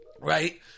right